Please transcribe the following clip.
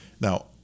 Now